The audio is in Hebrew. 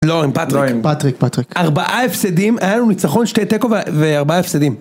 לא, עם פטריק, -לא עם פטריק, פטריק. -ארבעה הפסדים, היה לנו ניצחון שתי תיקו, וארבעה הפסדים.